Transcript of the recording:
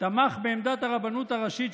תמך בעמדת הרבנות הראשית,